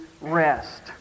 rest